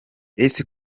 ese